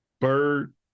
Bird